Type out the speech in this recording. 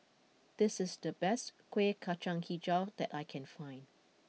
this is the best Kueh Kacang HiJau that I can find